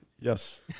Yes